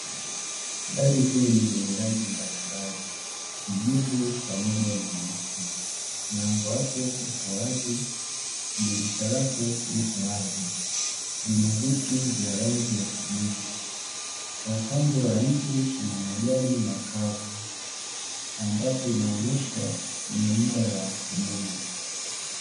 Gari zuri lenye rangi mbalimbali kijivu pamoja na nyeusi, mlango wake upo wazi dirisha lake lipo wazi ina viti vya rangi ya kijivu kwa upande wa nje kuna majani makavu apambapo inaonyesha ni muda wa asubuhi.